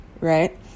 right